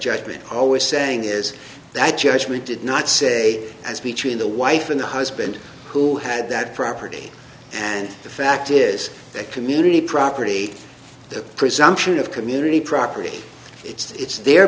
judgement always saying is that judgement did not say as between the wife and the husband who had that property and the fact is that community property the presumption of community property it's